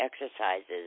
exercises